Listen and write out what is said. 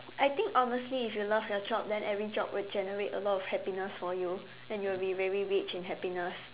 I think honestly if you love your job then every job would generate a lot of happiness for you then you will be very rich in happiness